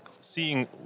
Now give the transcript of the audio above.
seeing